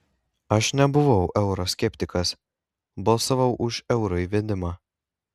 aš nebuvau euro skeptikas balsavau už euro įvedimą